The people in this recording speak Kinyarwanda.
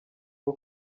bwo